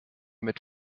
mit